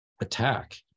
attack